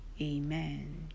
amen